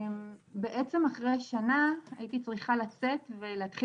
בעצם אחרי שנה הייתי צריכה לצאת מדירת המעבר ולהתחיל